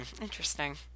Interesting